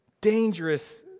dangerous